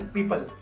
People